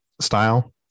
style